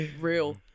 real